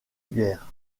guerre